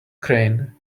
crane